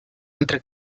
entre